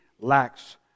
lacks